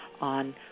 on